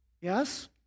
yes